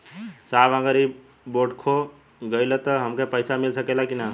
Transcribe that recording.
साहब अगर इ बोडखो गईलतऽ हमके पैसा मिल सकेला की ना?